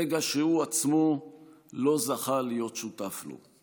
רגע שהוא עצמו לא זכה להיות שותף לו.